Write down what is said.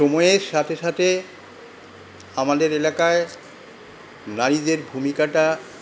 সময়ের সাথে সাথে আমাদের এলাকায় নারীদের ভূমিকাটা